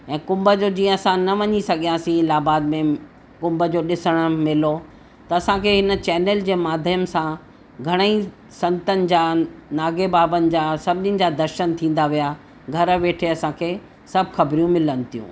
ऐं कुंभ जो जीअं असां न वञी सघियासीं इलाहाबाद में कुंभ जो ॾिसण मेलो त असांखे इन चैनल जे माध्यम सां घणेई संतनि जा नागे बाबनि जा सभिनीनि जा दर्शन थींदा विया घरु वेठे असांखे सभु ख़बरियूं मिलनि थियूं